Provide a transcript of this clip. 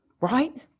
Right